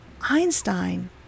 Einstein